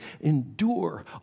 endure